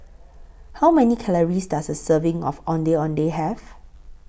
How Many Calories Does A Serving of Ondeh Ondeh Have